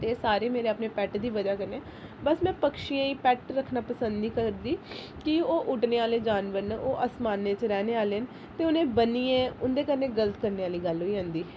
ते सारे मेरे अपने पैट दी वजह कन्नै बस मैं पक्षियें गी पैट रक्खना पसंद नी करदी कि ओह् उड्ढने आह्ले जानवर न ओह् असमानै च रौह्ने आह्ले न ते उटनेंगी बन्नियै उंटदे कन्नै गलत करने आह्ली गल्ल होई जंदी